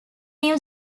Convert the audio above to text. new